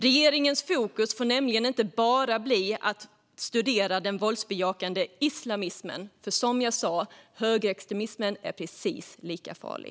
Regeringens fokus får nämligen inte bara bli att studera den våldsbejakande islamismen, för som jag sa är högerextremismen precis lika farlig.